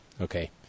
okay